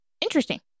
Interesting